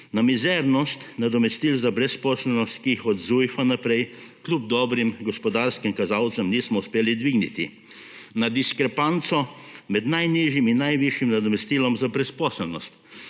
na mizernost nadomestil za brezposelnost, ki jih od Zujfa naprej kljub dobrim gospodarskim kazalcem nismo uspeli dvigniti, na diskrepanco med najnižjim in najvišjim nadomestilom za brezposelnost,